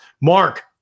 Mark